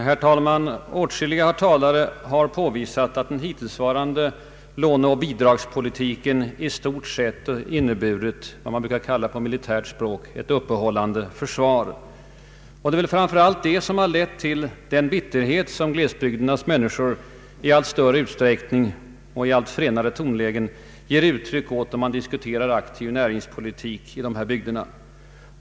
Herr talman! Åtskilliga talare har påvisat att den hittillsvarande låneoch bidragspolitiken i stort sett inneburit vad man på militärt språk brukar kalla ett ”uppehållande försvar”. Det är väl framför allt detta som lett till den bitterhet, som glesbygdernas människor i allt större utsträckning och i allt fränare tonlägen ger uttryck åt, när man diskuterar aktiv näringspolitik i dessa bygder.